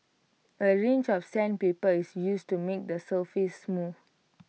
A range of sandpaper is used to make the surface smooth